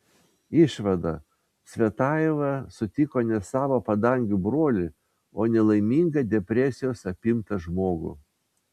išvada cvetajeva sutiko ne savo padangių brolį o nelaimingą depresijos apimtą žmogų